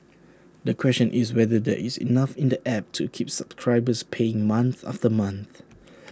the question is whether there is enough in the app to keep subscribers paying month after month